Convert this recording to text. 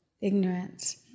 ignorance